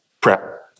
prep